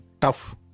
tough